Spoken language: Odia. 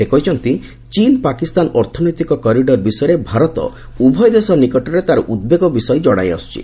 ସେ କହିଛନ୍ତି ଚୀନ୍ ପାକିସ୍ତାନ ଅର୍ଥନୈତିକ କରିଡ଼ର ବିଷୟରେ ଭାରତ ଉଭୟ ଦେଶ ନିକଟରେ ତାର ଉଦ୍ବେଗ ବିଷୟ ଜଣାଇ ଆସ୍କୁଛି